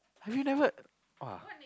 have you never !wah!